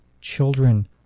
children